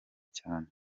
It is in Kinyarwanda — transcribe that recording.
cyane